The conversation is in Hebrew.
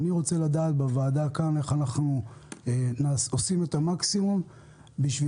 אני רוצה לדעת כאן בוועדה איך אנחנו עושים את המקסימום כדי